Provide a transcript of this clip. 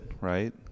right